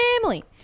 family